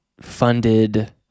funded